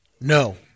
no